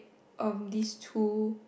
um these two